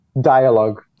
dialogue